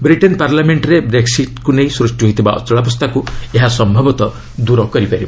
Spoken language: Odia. ବ୍ରିଟେନ୍ ପାର୍ଲାମେଣ୍ଟ୍ରେ ବ୍ରେକ୍ସିଟ୍କୁ ନେଇ ସୃଷ୍ଟି ହୋଇଥିବା ଅଚଳାବସ୍ଥାକୁ ଏହା ସମ୍ଭବତଃ ଦୂର କରିପାରିବ